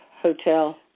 Hotel